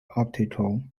optical